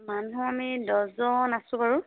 মানুহ আমি দহজন আছোঁ বাৰু